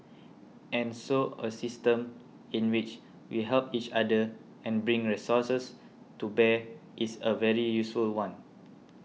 and so a system in which we help each other and bring resources to bear is a very useful one